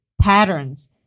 patterns